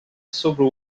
sobre